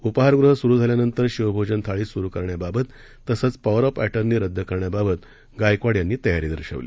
उपाहारगृह सुरु झाल्यानंतर शिवभोजन थाळी सुरु करण्याबाबत तसंच पॉवर ऑफ अटर्नी रद्द करण्याबाबत गायकवाड यांनी तयारी दर्शवली